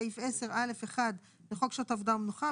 סעיף 10(א)(1) לחוק שעות עבודה ומנוחה,